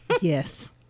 Yes